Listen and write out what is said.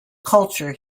culture